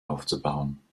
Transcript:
aufzubauen